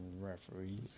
referees